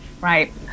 right